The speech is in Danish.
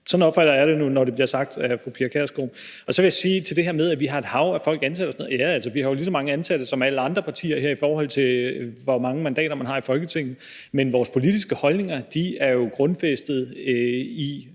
sådan opfatter jeg det nu, når det bliver sagt af fru Pia Kjærsgaard. Så vil jeg sige til det her med, at vi har et hav af folk ansat: Ja, vi har jo lige så mange ansatte som alle andre partier her, i forhold til hvor mange mandater man har i Folketinget, men vores politiske holdninger er grundfæstet hos